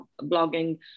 blogging